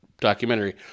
documentary